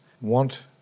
want